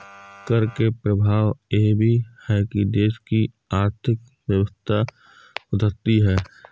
कर के प्रभाव यह भी है कि देश की आर्थिक व्यवस्था सुधरती है